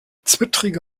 zwittrige